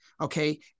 Okay